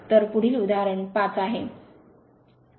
तर पुढील उदाहरण 5 आहे